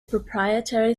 proprietary